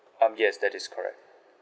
um yes that is correct